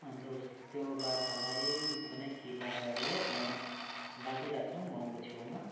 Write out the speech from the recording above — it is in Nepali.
अन्त उस त्यो बाछालाई कुनै किल्ला गाडेर त्यहाँ बाँधि राख्छौँ माउको छेउमा